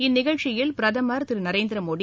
இந்நிகழ்ச்சியில் பிரதமர் திரு நரேந்திர மோடி